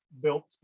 built